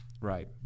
Right